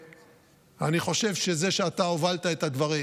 אני חושב שזה שאתה הובלת את הדברים,